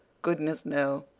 goodness, no.